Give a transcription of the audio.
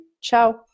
Ciao